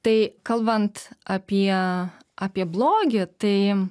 tai kalbant apie apie blogį tai